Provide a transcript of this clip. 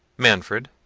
manfred,